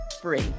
free